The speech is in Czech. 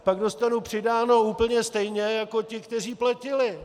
Pak dostanu přidáno úplně stejně jako ti, kteří platili.